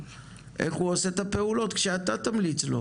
איך הוא עושה את הפעולות כשאתה תמליץ לו.